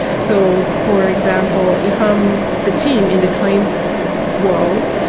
so, for example, if i'm the team in the claims world,